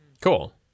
Cool